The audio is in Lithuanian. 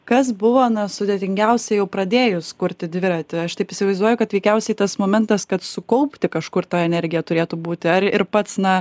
kas buvo na sudėtingiausia jau pradėjus kurti dviratį aš taip įsivaizduoju kad veikiausiai tas momentas kad sukaupti kažkur tą energiją turėtų būti ar ir pats na